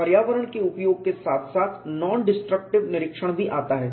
पर्यावरण के उपयोग के साथ साथ नाॅन डिस्ट्रक्टिव निरीक्षण भी आता है